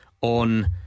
on